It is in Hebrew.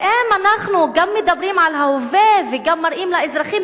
ואם אנחנו גם מדברים על ההווה וגם מראים לאזרחים,